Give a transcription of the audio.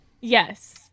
Yes